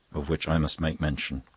of which i must make mention.